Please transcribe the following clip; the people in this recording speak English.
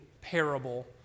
parable